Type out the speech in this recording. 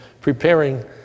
preparing